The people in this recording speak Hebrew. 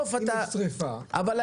אם יש שריפה, על זה כן.